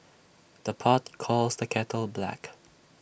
the pot calls the kettle black